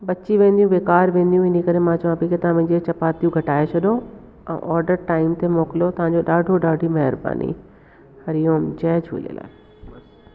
बची वेंदियूं बेकारि वेंदियूं हिन ई करे मां चवां पई कि तव्हां मुंहिंजी इहे चपातियूं घटाए छॾो ऐं ऑडर टाइम ते मोकिलियो तव्हांजो ॾाढो ॾाढी महिरबानी हरिओम जय झूलेलाल